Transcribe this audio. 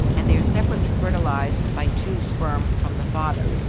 and they are separately fertilized by two sperm from the father.